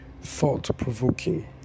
thought-provoking